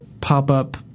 pop-up